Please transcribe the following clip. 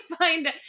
find